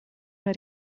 una